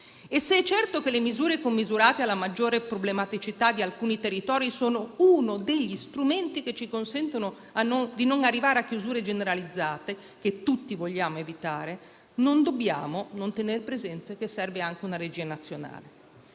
E se è certo che le misure commisurate alla maggiore problematicità di alcuni territori sono uno degli strumenti che ci consentono di non arrivare alle chiusure generalizzate che tutti vogliamo evitare, non possiamo fare a meno di tener presente che serve anche una regia nazionale.